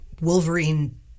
Wolverine